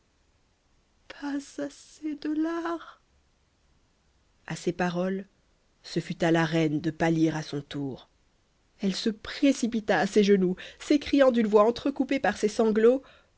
pas assez de lard a ces paroles ce fut à la reine de pâlir à son tour elle se précipita à ses genoux s'écriant d'une voix entrecoupée par ses sanglots